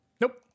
Nope